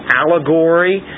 allegory